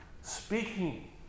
speaking